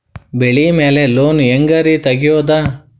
ಬೆಳಿ ಮ್ಯಾಲೆ ಲೋನ್ ಹ್ಯಾಂಗ್ ರಿ ತೆಗಿಯೋದ?